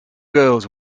girls